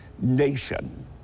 nation